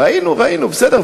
ראינו, ראינו, בסדר.